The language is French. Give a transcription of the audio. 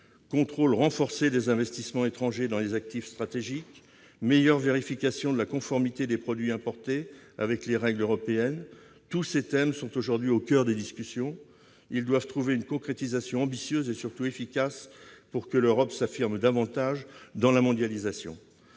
contrôle renforcé des investissements étrangers dans les actifs stratégiques, meilleure vérification de la conformité des produits importés avec les règles européennes, tous ces thèmes sont aujourd'hui au coeur des discussions. Ils doivent trouver une concrétisation ambitieuse, et surtout efficace, pour que l'Europe s'affirme davantage dans la mondialisation.